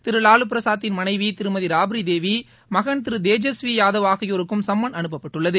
திரு வாலுபிராசத்தின் மனைவி திருமதி ராப்ரிதேவி மகன் திரு தேஜஸ்வி யாதவ் ஆகியோருக்கும் சும்மன் அனுப்பப்பட்டுள்ளது